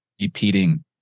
repeating